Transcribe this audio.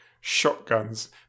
shotguns